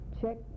check